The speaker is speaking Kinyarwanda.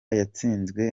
yatsinzwe